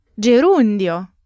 gerundio